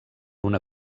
una